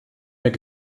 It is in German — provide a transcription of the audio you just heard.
mehr